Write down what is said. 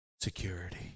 security